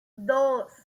dos